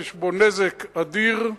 יש בו נזק אדיר,